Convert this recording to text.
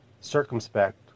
circumspect